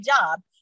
job